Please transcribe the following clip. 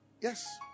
Yes